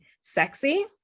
sexy